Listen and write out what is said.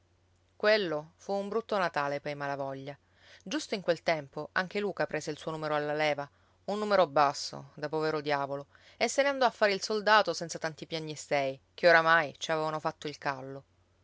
quello fu un brutto natale pei malavoglia giusto in quel tempo anche luca prese il suo numero alla leva un numero basso da povero diavolo e se ne andò a fare il soldato senza tanti piagnistei che oramai ci avevano fatto il callo